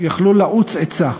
שיכלו לעוץ עצה.